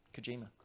Kojima